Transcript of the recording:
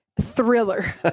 thriller